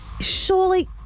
Surely